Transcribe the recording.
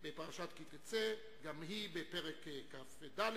פרשת כי-תצא גם היא בפרק כ"ד,